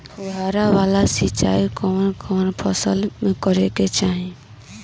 फुहारा वाला सिंचाई कवन कवन फसल में करके चाही?